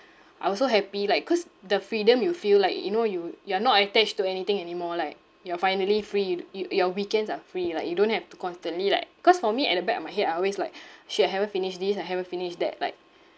I was so happy like cause the freedom you feel like you know you you're not attached to anything anymore like you're finally freed you your weekends are free like you don't have to constantly like cause for me at the back of my head I always like shit I haven't finished this I haven't finished that like